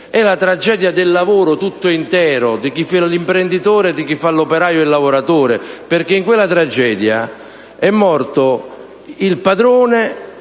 è la tragedia del lavoro tutto intero, di chi fa l'imprenditore e di chi fa il lavoratore. In quella tragedia è morto il padrone